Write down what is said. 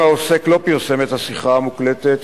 אם העוסק לא פרסם את השיחה המוקלטת,